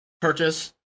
purchase